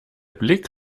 blick